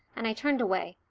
and i turned away,